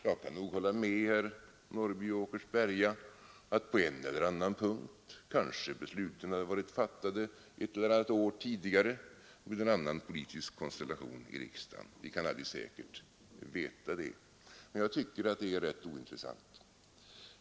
Jag kan nog hålla med herr Norrby i Åkersberga om att med en annan politisk konstellation i riksdagen hade kanske besluten på en eller annan punkt möjligtvis kunnat fattas ett eller annat år tidigare — vi kan inte säkert veta det. Men jag tycker som sagt att detta är rätt ointressant.